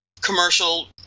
commercial